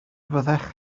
fyddech